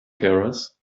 keras